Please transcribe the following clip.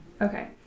okay